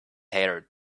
haired